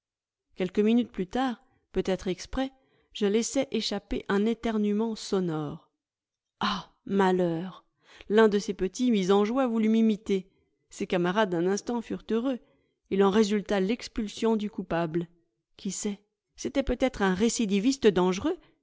quelques minutes plus tard peut-être exprès je laissai échapper un éternuement sonore ah malheur l'un de ces petits mis en joie voulut m'imiter ses camarades un instant furent heureux il en résulta l'expulsion du coupable oui sait c'était peut-être un récidiviste dangereux